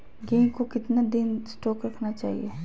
गेंहू को कितना दिन स्टोक रखना चाइए?